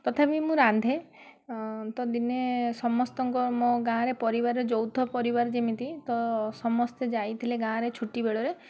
ତଥାବି ମୁଁ ରାନ୍ଧେ ତ ଦିନେ ସମସ୍ତଙ୍କ ମୋ ଗାଁରେ ପରିବାରେ ଯୌଥ ପରିବାର ଯେମିତି ତ ସମସ୍ତେ ଯାଇଥିଲେ ଗାଁରେ ଛୁଟିବେଳରେ